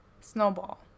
snowball